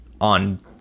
on